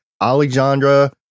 Alexandra